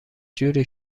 جوری